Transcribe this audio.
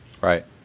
Right